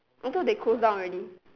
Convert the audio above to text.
I thought they close down already